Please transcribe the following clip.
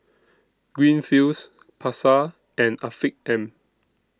Greenfields Pasar and Afiq M